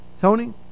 Tony